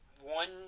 one